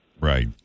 right